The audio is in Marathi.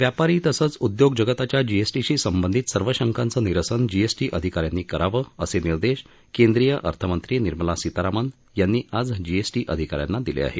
व्यापारी तसंच उद्योगजगताच्या जीएसटीशी संबंधित सर्व शंकाचं निरसन जीएसटी अधिका यांनी करावं असे निर्देश केंद्रीय अर्थमंत्री निर्मला सीतारामन यांनी जीएसटी अधिका यांना दिले आहेत